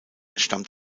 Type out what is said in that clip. stammt